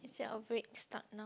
is it a break start now